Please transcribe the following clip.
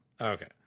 Okay